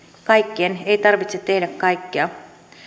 kaikkien ei tarvitse tehdä kaikkea